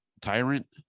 Tyrant